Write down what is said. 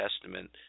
Testament